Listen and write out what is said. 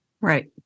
Right